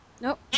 Nope